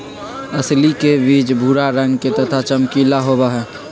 अलसी के बीज भूरा रंग के तथा चमकीला होबा हई